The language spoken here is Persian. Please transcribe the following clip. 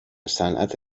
صنعت